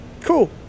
Cool